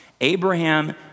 Abraham